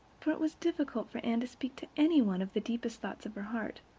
for it was difficult for anne to speak to any one of the deepest thoughts of her heart,